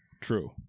True